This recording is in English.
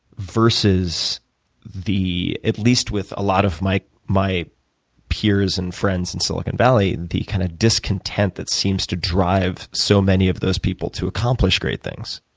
versus the at least with a lot of my my peers and friends in silicon valley the kind of discontent that seems to drive so many of those people to accomplish great things?